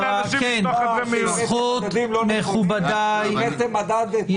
--- ולא הבאתם בריאות.